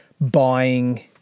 buying